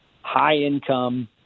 high-income